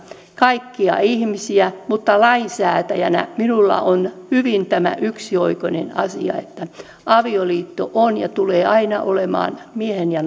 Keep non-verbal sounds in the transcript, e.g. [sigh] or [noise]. kaikkia ihmisiä mutta lainsäätäjänä minulle on hyvin yksioikoinen tämä asia että avioliitto on ja tulee aina olemaan miehen ja [unintelligible]